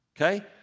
okay